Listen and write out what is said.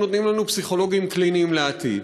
הם נותנים לנו פסיכולוגים קליניים לעתיד,